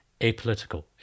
apolitical